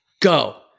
go